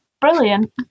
brilliant